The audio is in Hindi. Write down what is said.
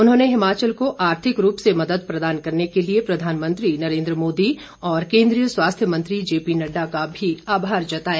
उन्होंने हिमाचल को आर्थिक रूप से मदद प्रदान करने के लिए प्रधानमंत्री नरेन्द्र मोदी और केन्द्रीय स्वास्थ्य मंत्री जेपी नड्डा का भी आभार जताया